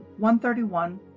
131